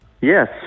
Yes